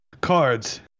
cards